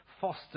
foster